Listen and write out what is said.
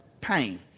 pain